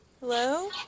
Hello